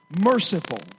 merciful